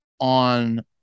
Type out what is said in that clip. on